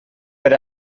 per